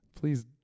Please